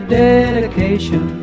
dedication